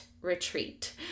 retreat